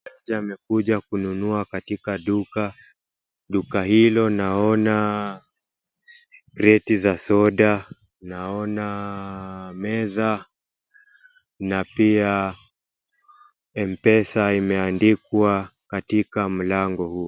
Mteja amekuja kununua katika duka. Duka hilo naona creti za soda naona meza na pia mpesa imeandikwa katika mlango huo.